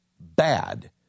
bad